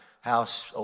house